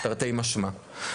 תרתי משמע.